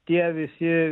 tie visi